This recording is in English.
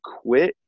quit